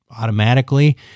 automatically